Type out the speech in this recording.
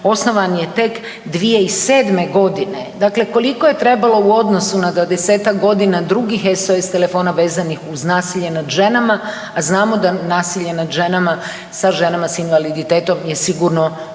osnovan je tek 2007.g. dakle koliko je trebalo u odnosu na 20-ak godina drugih SOS telefona vezanih uz nasilje nad ženama, a znamo da nasilje nad ženama sa ženama s invaliditetom je sigurno